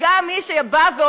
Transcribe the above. וגם מי שאומר,